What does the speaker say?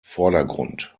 vordergrund